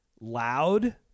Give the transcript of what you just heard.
loud